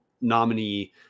nominee